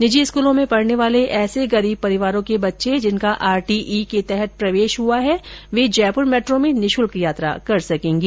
निजी स्कूलों में पढने वाले ऐसे गरीब परिवारों के बच्चे जिनका आरटीई के तहत प्रवेश हुआ है वे जयपूर मेट्रो में निःशुल्क यात्रा कर सकेंगे